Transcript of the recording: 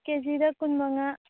ꯀꯦꯖꯤꯗ ꯀꯨꯟ ꯃꯉꯥ